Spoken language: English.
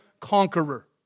conqueror